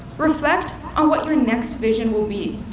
reflect on what your next vision will be.